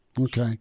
Okay